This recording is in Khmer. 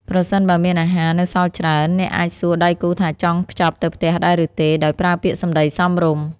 ប្រសិនបើមានអាហារនៅសល់ច្រើន អ្នកអាចសួរដៃគូថាចង់ខ្ចប់ទៅផ្ទះដែរឬទេ ដោយប្រើពាក្យសម្តីសមរម្យ។